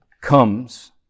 comes